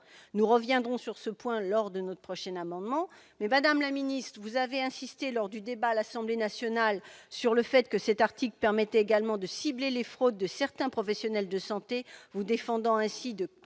Nous reviendrons sur ce point lors de la présentation de notre prochain amendement. Madame la ministre, vous avez insisté, à l'Assemblée nationale, sur le fait que cet article permettait également de cibler les fraudes de certains professionnels de santé, vous défendant ainsi de